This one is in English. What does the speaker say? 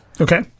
Okay